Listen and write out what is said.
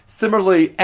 similarly